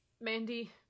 Mandy